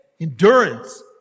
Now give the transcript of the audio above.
endurance